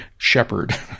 Shepherd